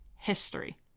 history